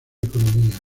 economía